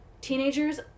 Teenagers